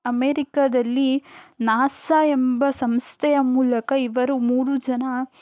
ಅಮೇರಿಕದಲ್ಲಿ NASA ಎಂಬ ಸಂಸ್ಥೆಯ ಮೂಲಕ ಇವರು ಮೂರೂ ಜನ